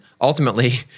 ultimately